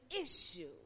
issue